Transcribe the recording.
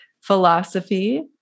philosophy